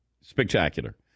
spectacular